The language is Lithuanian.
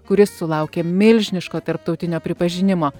kuris sulaukė milžiniško tarptautinio pripažinimo